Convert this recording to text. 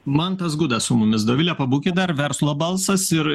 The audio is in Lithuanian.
mantas gudas su mumis dovile pabūkit dar verslo balsas ir